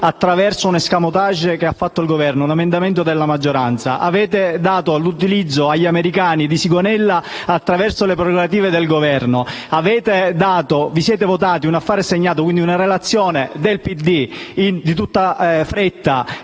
attraverso un *escamotage* che ha fatto il Governo (un emendamento della maggioranza); avete dato l'utilizzo agli americani di Sigonella attraverso le prerogative del Governo. Vi siete votati in Commissione, un affare assegnato - quindi una relazione del PD - di tutta fretta